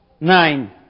nine